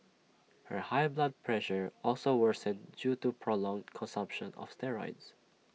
her high blood pressure also worsened due to prolonged consumption of steroids